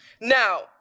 Now